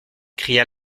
cria